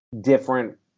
different